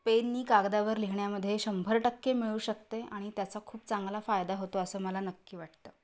पेनने कागदावर लिहिण्यामध्ये शंभर टक्के मिळू शकते आणि त्याचा खूप चांगला फायदा होतो असं मला नक्की वाटतं